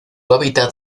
hábitat